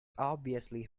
obviously